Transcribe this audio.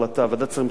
ועדת השרים לחקיקה,